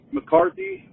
McCarthy